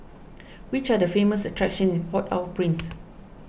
which are the famous attractions in Port Au Prince